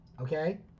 okay